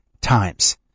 times